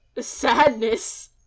sadness